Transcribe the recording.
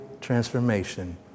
transformation